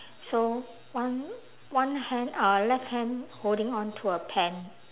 so one one hand uh left hand holding on to a pen